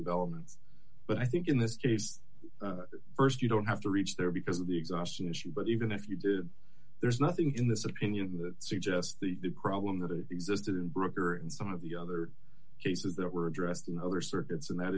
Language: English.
developments but i think in this case st you don't have to reach there because of the exhaustion issue but even if you did there's nothing in this opinion that suggests the problem that existed in brooker and some of the other cases that were addressed in other circuits and that